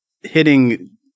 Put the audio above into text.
hitting